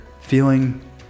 feeling